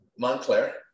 Montclair